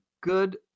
good